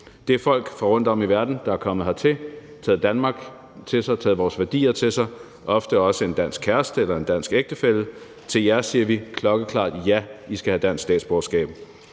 Det er folk fra rundtom i verden, der er kommet hertil, har taget Danmark til sig, har taget vores værdier til sig og ofte også har en dansk kæreste eller en dansk ægtefælle. Til jer siger vi klokkeklart: Ja, I skal have dansk statsborgerskab.